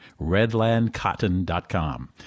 Redlandcotton.com